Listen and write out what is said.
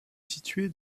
située